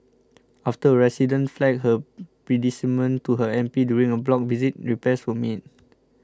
after a resident flagged her predicament to her M P during a block visit repairs were made